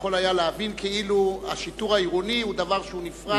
שיכול היה להבין כאילו השיטור העירוני הוא דבר שהוא נפרד.